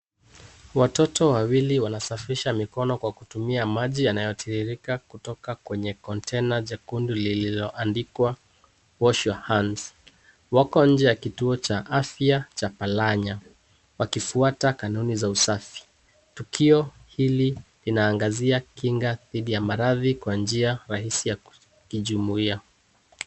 Watoto wawili wanasafisha mikono kwa kutumia maji yanayotiririka kutoka kwenye kontena jekundu lililoandikwa wash your hands . Wako nje ya kituo cha afya cha Palanya wakifuata kanuni za usafi. Tukio hili inaangazia kinga dhidi ya maradhi kwa njia rahisi ya kijumuiya.